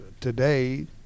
today